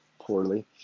poorly